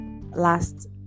last